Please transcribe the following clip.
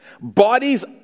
Bodies